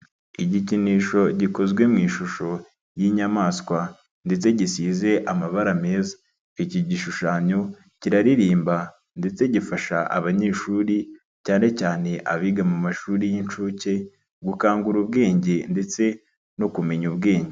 Igikinisho gikozwe mu ishusho y'inyamaswa ndetse gisize amabara meza, iki gishushanyo kiraririmba ndetse gifasha abanyeshuri cyane cyane abiga mu mashuri y'inshuke, gukangura ubwenge ndetse no kumenya ubwenge.